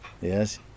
Yes